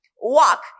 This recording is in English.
walk